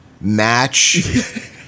match